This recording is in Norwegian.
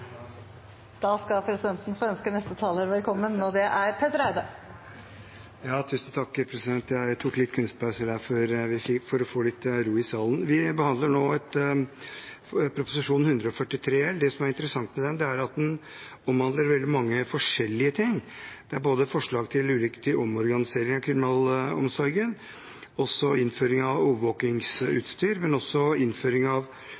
da tilbake til behandlingen av sak nr. 8 på dagens kart, og neste taler er Petter Eide. Vi behandler nå Prop. 143 L for 2019–2020. Det som er interessant med den, er at den omhandler veldig mange forskjellige ting. Det er forslag til uriktig omorganisering av kriminalomsorgen, innføring av overvåkingsutstyr og innføring av